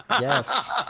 Yes